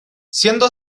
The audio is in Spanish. siendo